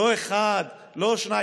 לא אחת, לא שתיים,